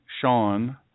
Sean